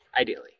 ideally